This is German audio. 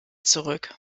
zurück